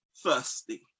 thirsty